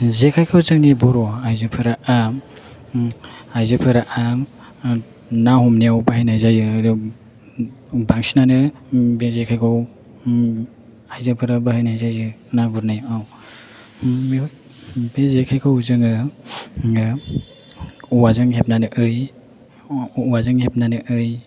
जेखायखौ जोंनि बर' आयजोफोरा ना हमनायाव बाहायनाय जायो आरो बांसिनानो बे जेखायखौ आयजोफोरा बाहायनाय जायो ना गुरनायाव बे जेखायखौ जोङो औवाजों हेबनानै